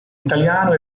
italiano